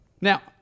Now